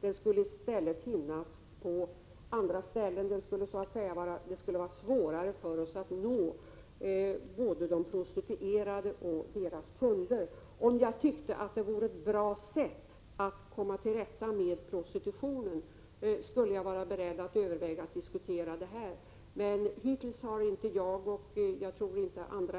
Den skulle då finnas på andra ställen, och det skulle bli svårare att nå både de prostituerade och deras kunder. Om jag tyckte att det vore ett bra sätt att komma till rätta med prostitutionen skulle jag vara beredd att diskutera ett sådant förslag här, men hittills har inte jag eller några andra